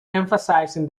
emphasizing